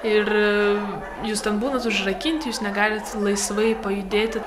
ir jūs ten būnat užrakinti jūs negalit laisvai pajudėti